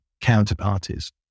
counterparties